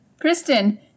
Kristen